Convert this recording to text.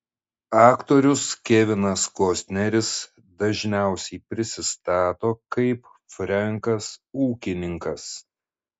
aktorius kevinas kostneris dažniausiai prisistato kaip frenkas ūkininkas